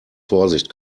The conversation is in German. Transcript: vorsicht